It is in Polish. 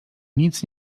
nic